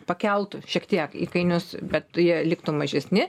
pakeltų šiek tiek įkainius bet jie liktų mažesni